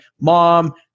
mom